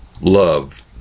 love